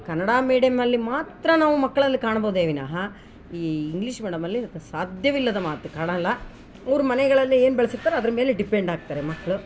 ಕನ್ನಡ ಮೀಡಿಯಮಲ್ಲಿ ಮಾತ್ರ ನಾವು ಮಕ್ಕಳಲ್ಲಿ ಕಾಣ್ಬೌದೇ ವಿನಹಾ ಈ ಇಂಗ್ಲೀಷ್ ಮೀಡಮಲ್ಲಿ ಸಾಧ್ಯವಿಲ್ಲದ ಮಾತು ಕಾಣಲ್ಲ ಅವ್ರ ಮನೆಗಳಲ್ಲಿ ಏನು ಬೆಳೆಸಿರ್ತಾರೆ ಅದ್ರ ಮೇಲೆ ಡಿಪೆಂಡ್ ಆಗ್ತಾರೆ ಮಕ್ಕಳು